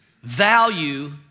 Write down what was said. value